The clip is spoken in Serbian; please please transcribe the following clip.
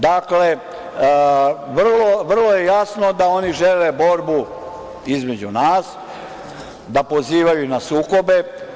Dakle, vrlo je jasno da oni žele borbu između nas, da pozivaju na sukobe.